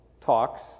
talks